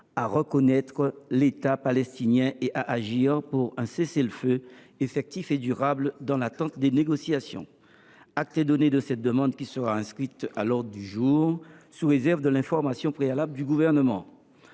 à reconnaître l’État palestinien et à agir pour un cessez le feu effectif et durable dans l’attente de négociations. Acte est donné de cette demande, qui sera inscrite à l’ordre du jour sous réserve de l’information préalable du Gouvernement.